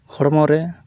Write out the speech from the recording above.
ᱦᱚᱲᱢᱚ ᱨᱮ